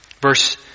Verse